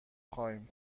خواهیم